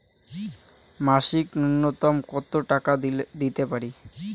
মাসিক নূন্যতম কত টাকা দিতে পারি?